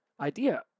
idea